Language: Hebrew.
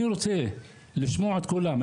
אני רוצה לשמוע את כולם,